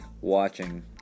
watching